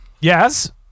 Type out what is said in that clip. yes